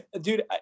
Dude